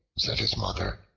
said his mother.